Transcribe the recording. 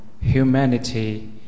humanity